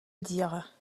dire